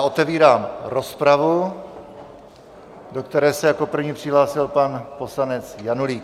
Otevírám rozpravu, do které se jako první přihlásil pan poslanec Janulík.